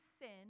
sin